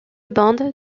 bande